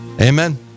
Amen